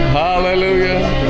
hallelujah